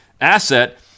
asset